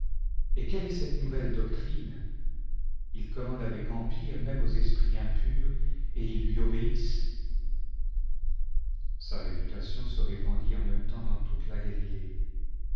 et quelle est cette nouvelle doctrine il commande avec empire même aux esprits impurs et ils lui obéissent sa réputation se répandit en même temps dans toute la